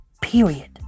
period